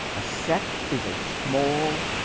a sect is a small,